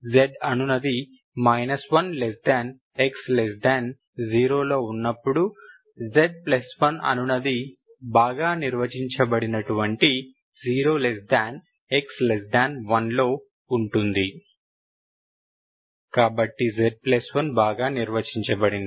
z అనునది 1x0 లో ఉన్నప్పుడు z1 అనునది బాగా నిర్వచించబడినటువంటి 0 x 1 లో ఉంటుంది కాబట్టి z1 బాగా నిర్వచించబడింది